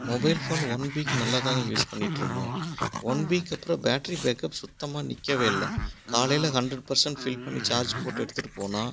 mobile phone one week நல்லா தாங்க use பண்ணிட்டுருந்தேன் ஒன் வீக்கு அப்புறம் பேட்டரி பேக்கப் சுத்தமாக நீக்கவே இல்லை காலையில் ஹண்ட்ரட் பர்சன்ட் ஃபில் பண்ணி சார்ஜ் போட்டு எடுத்துகிட்டு போனால்